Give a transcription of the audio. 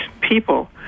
people